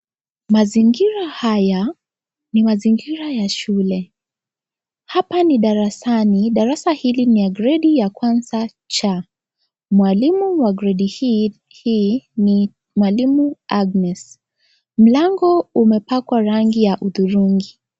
Mazingira haya ni mazingira ya shule, hapa ni darasani, darasa hili ni ya gredi ya kwanza C, mwalimu wa gredi hii ni mwalimu Agnes. Mlango umepakwa rangi ya hudhurungi.